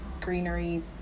greenery